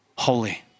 holy